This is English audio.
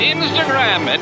Instagram